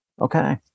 Okay